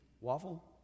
Waffle